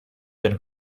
been